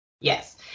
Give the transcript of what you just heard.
Yes